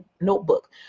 notebook